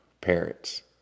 parents